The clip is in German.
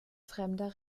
fremder